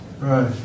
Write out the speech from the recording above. Right